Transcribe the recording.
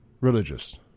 religious